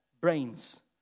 brains